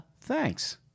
thanks